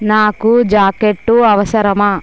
నాకు జాకెట్టు అవసరమా